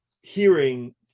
hearing